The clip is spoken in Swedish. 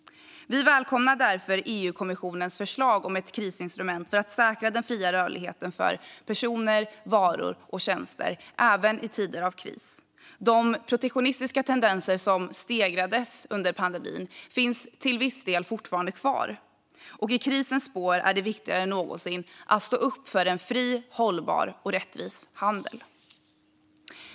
Vi välkomnar därför EU-kommissionens förslag om ett krisinstrument för att säkra den fria rörligheten för personer, varor och tjänster även i tider av kris. De protektionistiska tendenser som stegrades under pandemin finns till viss del fortfarande kvar, och i krisens spår är det viktigare än någonsin att stå upp för en fri, hållbar och rättvis handel.